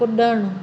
कुड॒णु